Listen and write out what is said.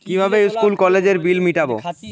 কিভাবে স্কুল কলেজের বিল মিটাব?